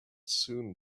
soon